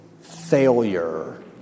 failure